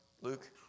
Luke